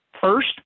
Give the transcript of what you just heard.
First